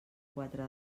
quatre